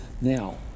Now